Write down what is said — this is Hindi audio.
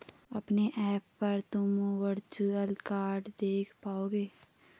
अपने ऐप पर तुम वर्चुअल कार्ड देख पाओगे